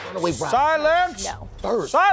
Silence